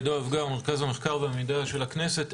עידו אבגר, מרכז המחקר והמידע של הכנסת.